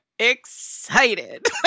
Excited